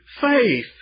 faith